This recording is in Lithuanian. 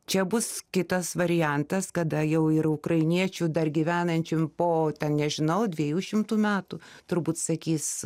čia bus kitas variantas kada jau ir ukrainiečių dar gyvenančių po ten nežinau dviejų šimtų metų turbūt sakys